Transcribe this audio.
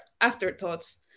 afterthoughts